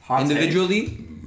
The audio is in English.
Individually